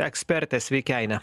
ekspertė sveiki aine